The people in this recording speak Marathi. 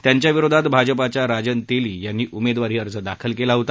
त्यांच्याविरोधात भाजपाच्या राजन तेली यांनी उमेदवारी अर्ज दाखल केला होता